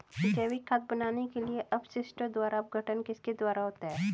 जैविक खाद बनाने के लिए अपशिष्टों का अपघटन किसके द्वारा होता है?